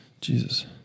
Jesus